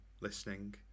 listening